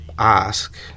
Ask